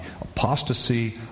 apostasy